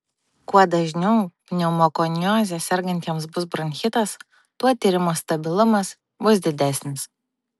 kuo dažniau pneumokonioze sergantiesiems bus bronchitas tuo tyrimo stabilumas bus didesnis